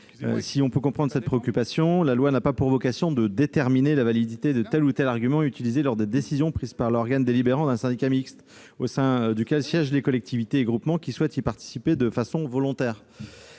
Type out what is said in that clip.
des auteurs de ces amendements, la loi n'a pas pour vocation de déterminer la validité de tel ou tel argument utilisé lors des décisions prises par l'organe délibérant d'un syndicat mixte, au sein duquel siègent les collectivités et groupements qui souhaitent y participer de façon volontaire.